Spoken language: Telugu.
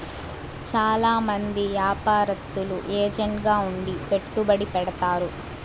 చాలా మంది యాపారత్తులు ఏజెంట్ గా ఉండి పెట్టుబడి పెడతారు